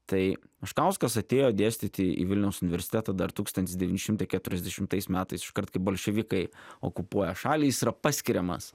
tai meškauskas atėjo dėstyti į vilniaus universitetą dar tūkstantis devyni šimtai keturiasdešimtais metais iškart kai bolševikai okupuoja šalį jis yra paskiriamas